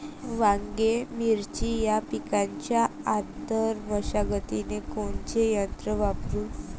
वांगे, मिरची या पिकाच्या आंतर मशागतीले कोनचे यंत्र वापरू?